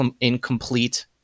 incomplete